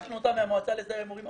--- מהמועצה להסדר ההימורים,